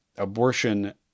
abortion